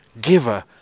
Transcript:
giver